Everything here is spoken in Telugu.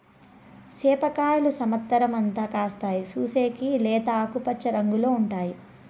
సేప కాయలు సమత్సరం అంతా కాస్తాయి, చూసేకి లేత ఆకుపచ్చ రంగులో ఉంటాయి